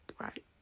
Right